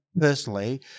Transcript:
personally